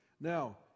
Now